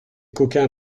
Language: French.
coquins